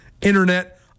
internet